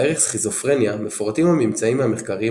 בערך "סכיזופרניה" מפורטים הממצאים מהמחקרים